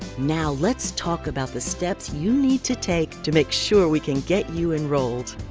now let's talk about the steps you need to take to make sure we can get you enrolled.